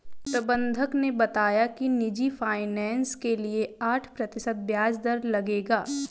प्रबंधक ने बताया कि निजी फ़ाइनेंस के लिए आठ प्रतिशत ब्याज दर लगेगा